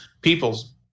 people's